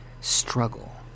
struggle